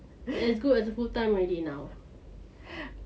it's good full time already now